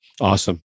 Awesome